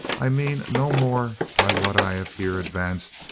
i mean no more by what i have here advanced,